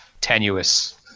tenuous